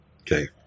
Okay